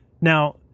now